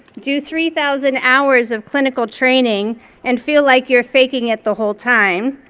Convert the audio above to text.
do three thousand hours of clinical training and feel like you're faking it the whole time.